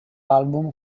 album